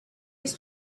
his